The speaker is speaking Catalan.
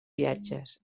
viatges